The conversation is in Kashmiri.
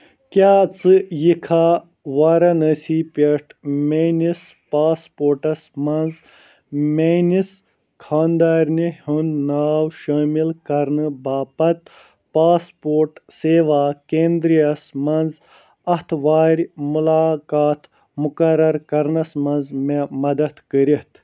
کیاہ ژٕ یِکھا واراناسی پیٹھ میٲنس پاسپورٹس منٛز میٲنس خانٛدارنہِ ہنٛد ناو شٲمل کرنہٕ باپتھ پاسپورٹ سیوا کیندراہس منٛز اتھوارِ ملاقات مقرر کرنس منٛز مےٚ مدد کٔرِتھ